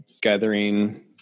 gathering –